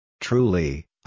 Truly